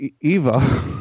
Eva